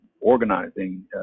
organizing